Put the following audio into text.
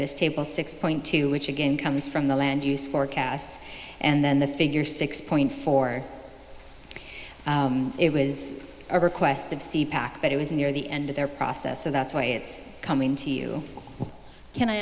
this table six point two which again comes from the land use forecast and then the figure six point four it was a request of c pac but it was near the end of their process so that's why it's coming to you can i